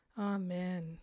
Amen